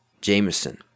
Jameson